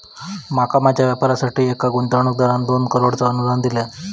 माका माझ्या व्यापारासाठी एका गुंतवणूकदारान दोन करोडचा अनुदान दिल्यान